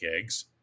eggs